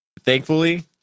thankfully